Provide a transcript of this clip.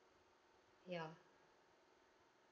ya